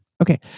okay